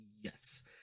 Yes